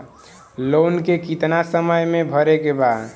Loan के कितना समय तक मे भरे के बा?